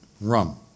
rum